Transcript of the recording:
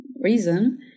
reason